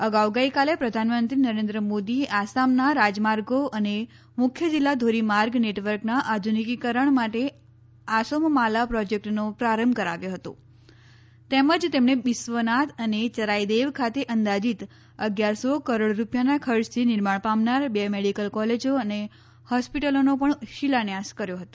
અગાઉ ગઈકાલે પ્રધાનમંત્રી નરેન્દ્ર મોદીએ આસામના રાજમાર્ગો અને મુખ્ય જિલ્લા ધોરીમાર્ગ નેટવર્કના આધુનિકીકરણ માટે આસોમમાલા પ્રોજેક્ટનો પ્રારંભ કરાવ્યો હતો તેમજ તેમણે બિસ્વનાથ અને યરાઇદેવ ખાતે અંદાજીત અગિયાર સો કરોડ રૂપિયાના ખર્ચથી નિર્માણ પામનાર વે મેડીકલ કોલેજો અને હોસ્પિટલોનો પણ શિલાન્યાસ કર્યો હતો